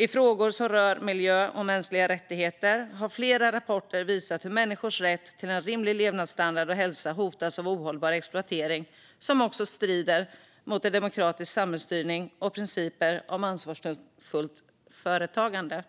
I frågor som rör miljö och mänskliga rättigheter har flera rapporter visat hur människors rätt till en rimlig levnadsstandard och hälsa hotas av ohållbar exploatering. Det strider också mot demokratisk samhällsstyrning och principer om ansvarsfullt företagande.